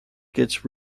gets